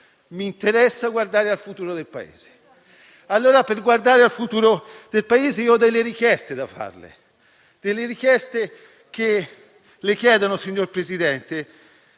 mi interessa guardare al futuro del Paese. E, per guardare al futuro del Paese, ho delle richieste da farle: le chiedo, signor Presidente,